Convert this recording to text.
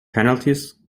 penalties